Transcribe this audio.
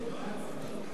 הישיבה עוד נמשכת.